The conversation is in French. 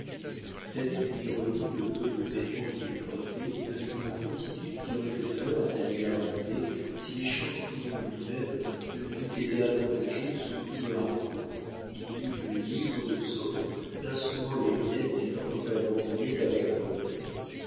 david lui remit le peu de vêtements qu'il portait avec une promptitude qui aurait fait honneur à sa libéralité si l'échange pris en lui-même ne lui eût été avantageux sous tous les rapports il n'y eut que le livre de psaumes l'instrument et les lunettes qu'il parut n'abandonner qu'avec regret